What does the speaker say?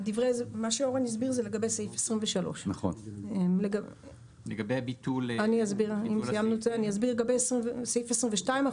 מה שאורן הסביר זה לגבי סעיף 23. לגבי סעיף 22,